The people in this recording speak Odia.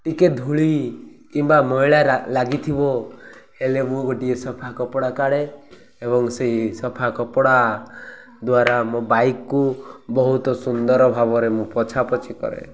ଟିକେ ଧୂଳି କିମ୍ବା ମଇଳା ଲାଗିଥିବ ହେଲେ ମୁଁ ଗୋଟିଏ ସଫା କପଡ଼ା କାଢ଼େ ଏବଂ ସେହି ସଫା କପଡ଼ା ଦ୍ୱାରା ମୋ ବାଇକ୍କୁ ବହୁତ ସୁନ୍ଦର ଭାବରେ ମୁଁ ପୋଛା ପୋଛି କରେ